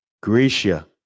gracia